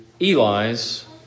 Eli's